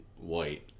white